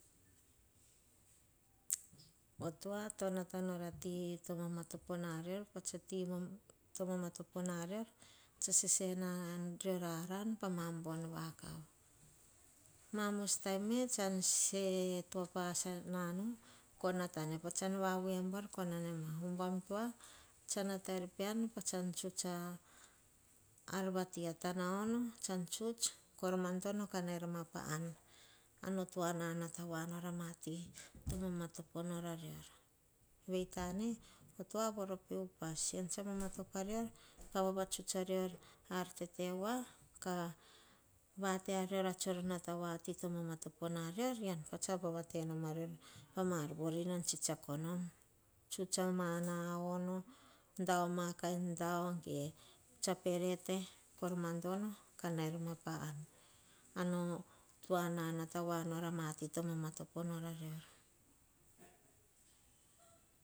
O tua to natanor ati to vanatopo na roir ba sah ti matopo na roir ati sah sese na roir pah aran pa ma bon. Potana vakav mamos potana vakav san se, em pe toa pa asinano koh natane. Basan vavui buar kaoh nanema. Ubam toa sah nataer pean. Pa san tuts ata naono tuts kor madono. Kanaer mana pa an, ar no tua nanata voano ati, titoh vamatopo na rior. Vei tane oh tua voro pe upas. Ean sah mamatopo a rior kavava tsuts a rior, pa ar tete noa. Vate woa roir, pati tomama topo narior. Ean pah sah vavate nom a rior, pa maar wan tsetsako nom. Tuts ma tanaono daoma amakain dao. Tuts aperete kor mado na naer mapa han. A no tua nanata woa noi at tovama topo na rior